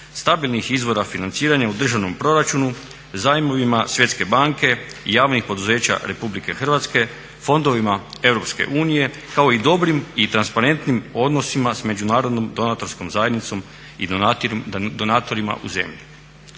stabilnih izvora financiranja u državnom proračunu, zajmovima Svjetske banke i javnih poduzeća Republike Hrvatske, fondovima Europske unije, kao i dobrim i transparentnim odnosima s međunarodnom donatorskom zajednicom i donatorima u zemlji.